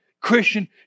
Christian